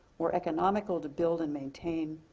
more economical to build and maintain,